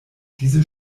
diese